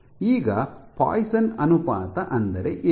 ಈಗ ಪಾಯ್ಸನ್ ಅನುಪಾತ ಅಂದರೆ ಏನು